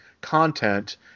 content